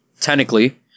technically